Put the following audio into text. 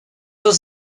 was